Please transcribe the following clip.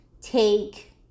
take